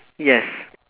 yes